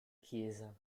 chiesa